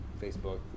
Facebook